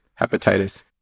hepatitis